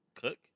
cook